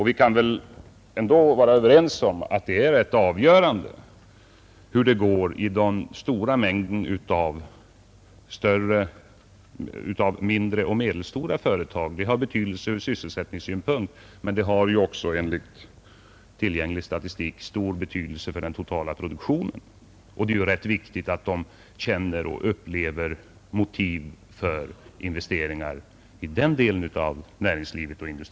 Vi kan väl ändå vara överens om att det är rätt avgörande hur det går för den stora mängden av mindre och medelstora företag. Det har betydelse ur sysselsättningssynpunkt, men det har ju också enligt tillgänglig statistik stor betydelse för den totala produktionen. Det är rätt viktigt att man känner och upplever motiv för investeringar också inom den delen av näringslivet.